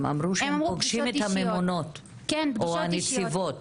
הם אמרו שהם פוגשים את הממונות או את הנציבות.